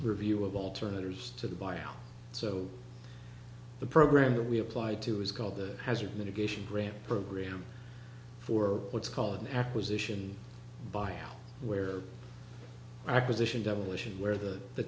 review of alternatives to the bio so the program that we applied to is called the hazard mitigation grant program for what's called an acquisition by where i position demolition where the the